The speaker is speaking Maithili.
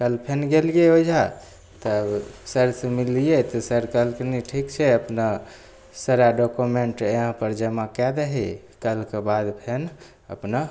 कल फेन गेलियइ ओइजाँ तब सरसँ मिललियै तऽ सर कहलखिन ठीक छै अपना सारा डॉक्यूमेंट यहाँपर जमा कए दही कलके बाद फेन अपना